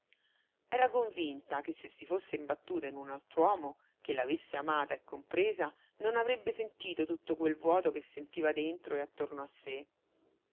era convinta che se si fosse imbattuta in un altr'uomo che l'avesse amata e compresa non avrebbe sentito tutto quel vuoto che sentiva dentro e attorno a sé